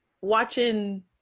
watching